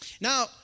Now